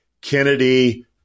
Kennedy